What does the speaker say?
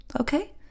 Okay